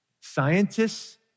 Scientists